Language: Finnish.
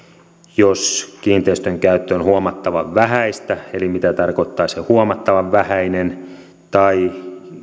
jos kiinteistön käyttö on huomattavan vähäistä eli mitä tarkoittaa se huomattavan vähäinen tai